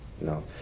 no